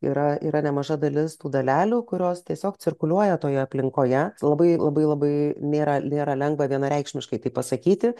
yra yra nemaža dalis tų dalelių kurios tiesiog cirkuliuoja toje aplinkoje labai labai labai nėra nėra lengva vienareikšmiškai tai pasakyti